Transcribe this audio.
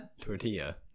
tortilla